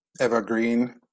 Evergreen